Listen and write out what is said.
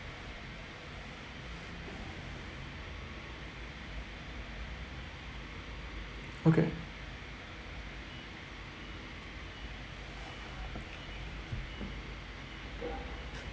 okay